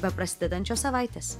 beprasidedančios savaitės